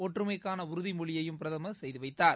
ஒற்றுமைக்கானஉறுதிமொழியையும் பிரதமர் செய்துவைத்தார்